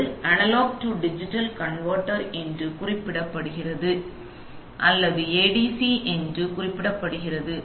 அது analogue to digital converter என்று குறிப்பிடப்படுகிறது அல்லது ஏடிசி என்று குறிப்பிடப்படுகிறது